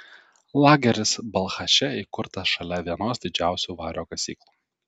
lageris balchaše įkurtas šalia vienos didžiausių vario kasyklų